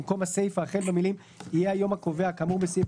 במקום הסיפה החל במילים "יהיה היום הקובע כאמור בסעיף